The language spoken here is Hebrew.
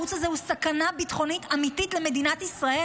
הערוץ הזה הוא סכנה ביטחונית אמיתית למדינת ישראל.